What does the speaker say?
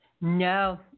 No